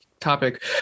topic